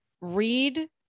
read